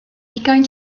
ugain